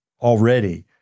already